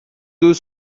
deux